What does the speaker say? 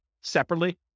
separately